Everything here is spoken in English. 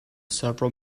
several